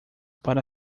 para